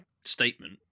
statement